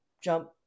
jump